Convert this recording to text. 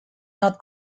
not